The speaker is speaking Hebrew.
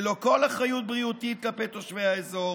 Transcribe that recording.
ללא כל אחריות בריאותית כלפי תושבי האזור,